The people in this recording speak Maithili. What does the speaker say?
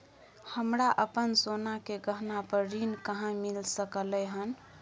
हमरा अपन सोना के गहना पर ऋण कहाॅं मिल सकलय हन?